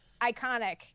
Iconic